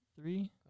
three